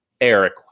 Eric